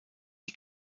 die